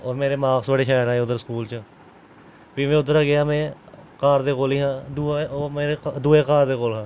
होर मेरे मार्क्स बड़े शैल आए उद्धर स्कूल च फिर में उद्धरा गेआ में घर दे कोल ई हा दुऐ ओह् दुए घर दे कोल हा